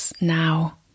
now